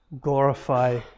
glorify